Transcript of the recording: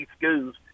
schools